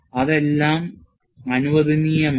അത് എല്ലാം അനുവദനീയമാണ്